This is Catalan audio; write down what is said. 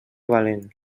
valent